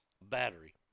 battery